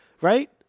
Right